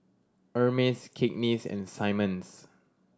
Hermes Cakenis and Simmons